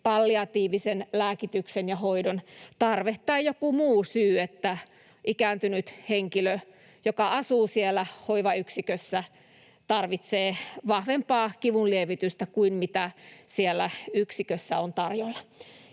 palliatiivisen lääkityksen ja -hoidon tarve tai joku muu syy, että ikääntynyt henkilö, joka asuu siellä hoivayksikössä, tarvitsee vahvempaa kivunlievitystä kuin mitä siellä on tarjolla.